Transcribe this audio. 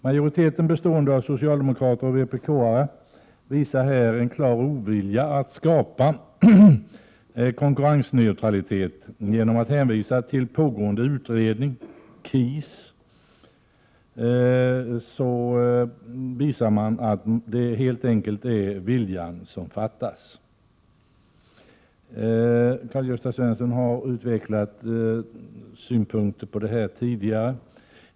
Majoriteten, bestående av socialdemokrater och vpk-are, visar här en klar ovilja att skapa konkurrensneutralitet. Genom att hänvisa till pågående utredning, KIS, visar man att det helt enkelt är viljan som fattas. Karl-Gösta Svenson har utvecklat synpunkter på detta tidigare.